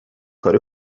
کاری